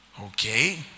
Okay